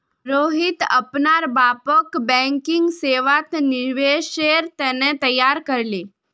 रोहित अपनार बापक बैंकिंग सेवात निवेशेर त न तैयार कर ले